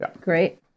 Great